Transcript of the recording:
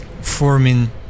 forming